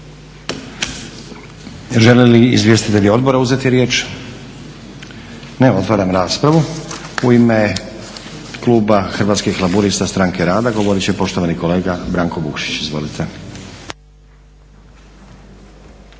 Žele li izvjestitelji odbora uzeti riječ? Ne. Otvaram raspravu. U ime kluba Hrvatskih laburista-Stranke rada, govoriti će poštovani kolega Branko Vukšić. Izvolite.